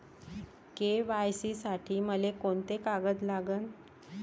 KYC साठी मले कोंते कागद लागन?